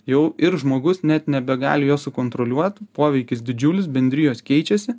jau ir žmogus net nebegali jos sukontroliuot poveikis didžiulis bendrijos keičiasi